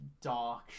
dark